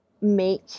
make